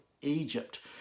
Egypt